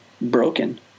broken